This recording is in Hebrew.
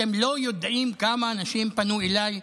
אתם לא יודעים כמה אנשים פנו אליי,